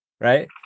right